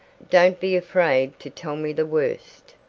don't be afraid to tell me the worst,